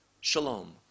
Shalom